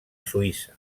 suïssa